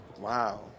Wow